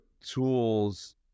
tools